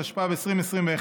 התשפ"ב 2021,